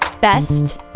Best